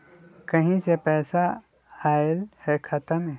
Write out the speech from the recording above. कहीं से पैसा आएल हैं खाता में?